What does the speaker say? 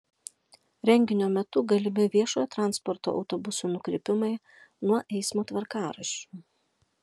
renginio metu galimi viešojo transporto autobusų nukrypimai nuo eismo tvarkaraščių